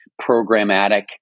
programmatic